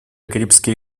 карибский